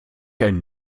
ein